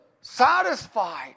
satisfied